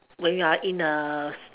when you are in a